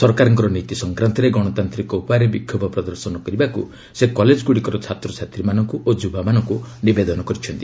ସରକାରଙ୍କର ନୀତି ସଂକ୍ରାନ୍ତରେ ଗଶତାନ୍ତିକ ଉପାୟରେ ବିକ୍ଷୋଭ ପ୍ରଦର୍ଶନ କରିବାକୁ ସେ କଲେଜଗୁଡ଼ିକର ଛାତ୍ରଛାତ୍ରୀମାନଙ୍କୁ ଓ ଯୁବାମାନଙ୍କୁ ନିବେଦନ କରିଛନ୍ତି